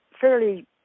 fairly